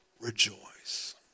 rejoice